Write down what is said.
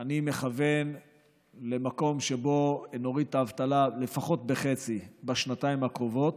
אני מכוון למקום שבו נוריד את האבטלה לפחות בחצי בשנתיים הקרובות.